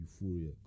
euphoria